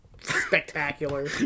spectacular